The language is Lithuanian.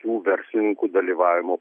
tų verslininkų dalyvavimo